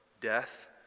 death